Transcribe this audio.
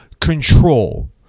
control